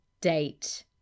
date